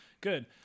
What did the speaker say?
Good